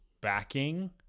backing